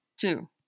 two